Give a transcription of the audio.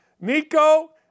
Nico